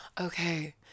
Okay